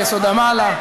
יסוד-המעלה,